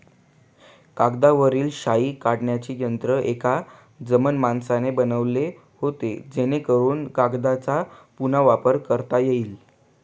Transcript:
कागदावरील शाई काढण्याचे यंत्र एका जर्मन माणसाने बनवले होते जेणेकरून कागदचा पुन्हा वापर करता येईल